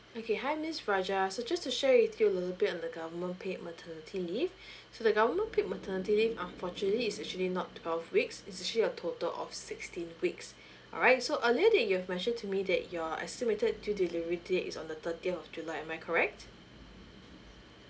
okay hi miss raja so just to share with you a little bit on the government paid maternity leave so the government paid maternity leave unfortunately is actually not twelve weeks it's actually a total of sixteen weeks alright so earlier that you've mentioned to me that your estimated due delivery date is on the thirtieth of july am I correct